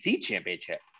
championship